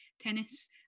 tennis